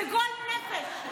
זה גועל נפש.